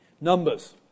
Numbers